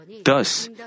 Thus